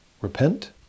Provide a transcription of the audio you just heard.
repent